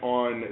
on